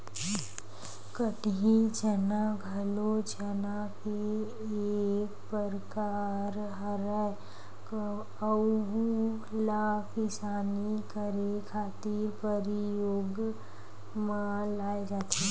कटही चना घलो चना के एक परकार हरय, अहूँ ला किसानी करे खातिर परियोग म लाये जाथे